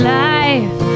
life